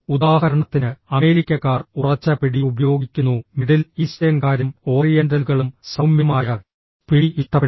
ഉദാഹരണത്തിന് അമേരിക്കക്കാർ ഉറച്ച പിടി ഉപയോഗിക്കുന്നു മിഡിൽ ഈസ്റ്റേൺകാരും ഓറിയന്റലുകളും സൌമ്യമായ പിടി ഇഷ്ടപ്പെടുന്നു